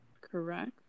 correct